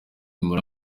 muri